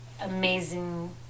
amazing